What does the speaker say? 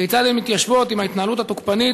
3. כיצד הן מתיישבות עם ההתנהלות התוקפנית